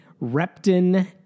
Repton